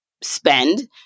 spend